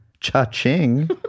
Cha-ching